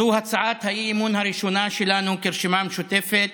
זו הצעת האי-אמון הראשונה שלנו כרשימה המשותפת